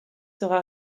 sera